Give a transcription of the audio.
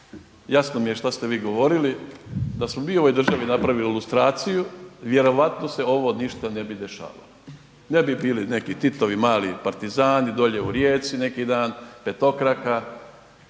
jasno mi je što ste vi govorili. Da smo mi u ovoj državi napravili lustraciju, vjerojatno se ovo ništa ne bi dešavalo. Ne bi bili neki Titovi mali partizani dole u Rijeci neki dan, petokraka,